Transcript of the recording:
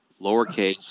lowercase